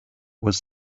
was